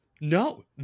No